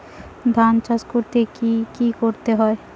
ধান চাষ করতে কি কি করতে হয়?